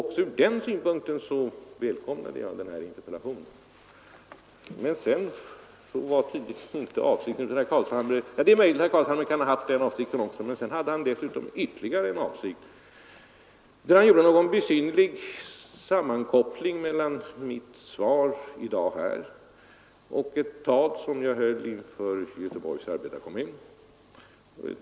Också ur den synpunkten välkomnar jag interpellationen. Det är möjligt att herr Carlshamre hade den avsikten, men han hade tydligen ytterligare en avsikt, när han gjorde en besynnerlig sammankoppling mellan mitt svar i dag och det tal som jag höll inför Göteborgs Arbetarekommun.